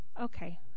okay